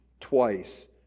twice